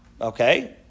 Okay